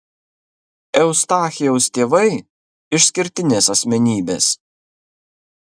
eustachijaus tėvai išskirtinės asmenybės